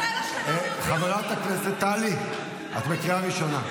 חברת הכנסת טלי, את בקריאה ראשונה.